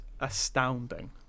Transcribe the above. astounding